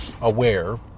aware